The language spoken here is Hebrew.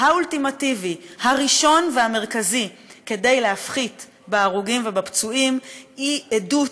האולטימטיבי הראשון והמרכזי להפחית בהרוגים ובפצועים היא עדות